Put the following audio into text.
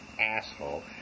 asshole